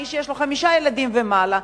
מי שיש לו חמישה ילדים ומעלה,